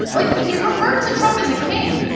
like he referred to trump as a king.